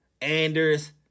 Anders